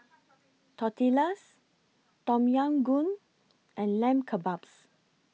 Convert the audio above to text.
Tortillas Tom Yam Goong and Lamb Kebabs